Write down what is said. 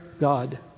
God